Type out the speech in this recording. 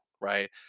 right